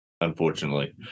Unfortunately